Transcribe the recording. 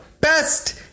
best